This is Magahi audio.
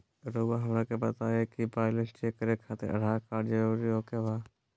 रउआ हमरा के बताए कि बैलेंस चेक खातिर आधार कार्ड जरूर ओके बाय?